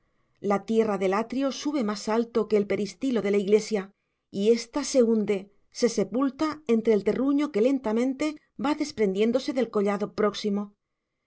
la tierra del atrio sube más alto que el peristilo de la iglesia y ésta se hunde se sepulta entre el terruño que lentamente va desprendiéndose del collado próximo